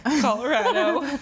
Colorado